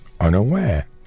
unaware